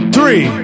Three